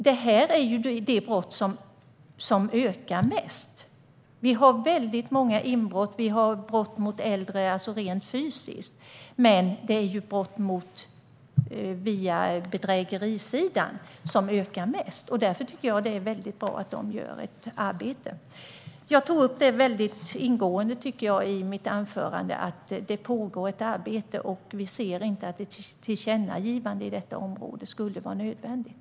Det här är det brott som ökar mest. Vi har väldigt många inbrott liksom rent fysiska brott mot äldre, men det är bedrägerisidan som ökar mest, och därför tycker jag att det är väldigt bra att de gör detta arbete. I mitt anförande tog jag väldigt ingående upp att det pågår ett arbete, och vi ser därför inte att ett tillkännagivande på detta område skulle vara nödvändigt.